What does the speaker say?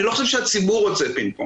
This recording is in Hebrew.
אני לא חושב שהציבור רוצה פינג פונג.